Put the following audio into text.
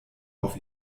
auf